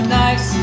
nice